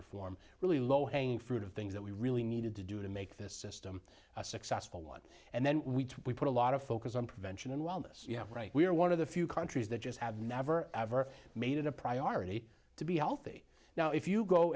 reform really low hanging fruit of things that we really needed to do to make this system a successful one and then we we put a lot of focus on prevention and wellness you have right we are one of the few countries that just have never ever made it a priority to be healthy now if you go